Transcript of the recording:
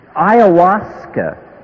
Ayahuasca